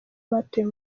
batowe